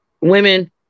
women